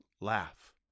laugh